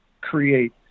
create